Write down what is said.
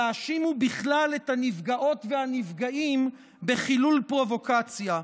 יאשימו בכלל את הנפגעות והנפגעים בחילול פרובוקציה.